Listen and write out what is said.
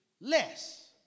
less